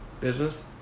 Business